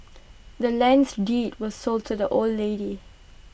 the land's deed was sold to the old lady